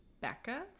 Becca